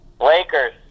Lakers